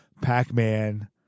Pac-Man